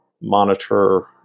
monitor